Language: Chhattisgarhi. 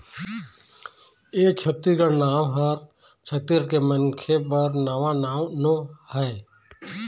ए चारो नांव ह छत्तीसगढ़ के मनखे बर नवा नांव नो हय